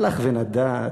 הלך ונדד,